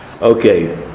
Okay